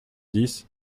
dix